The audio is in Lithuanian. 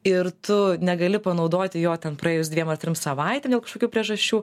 ir tu negali panaudoti jo ten praėjus dviem ar trim savaitėm dėl kažkokių priežasčių